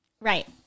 Right